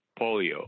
polio